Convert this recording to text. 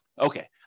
Okay